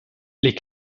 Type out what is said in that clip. les